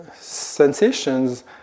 sensations